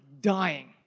dying